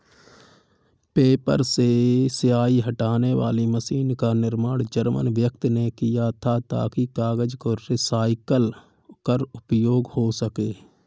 paper से स्याही हटाने वाली मशीन का निर्माण जर्मन व्यक्ति ने किया था ताकि कागज को रिसाईकल कर उपयोग हो सकें